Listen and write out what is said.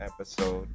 episode